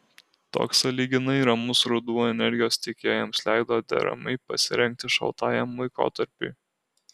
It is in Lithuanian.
toks sąlyginai ramus ruduo energijos tiekėjams leido deramai pasirengti šaltajam laikotarpiui